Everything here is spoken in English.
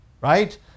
right